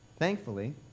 Thankfully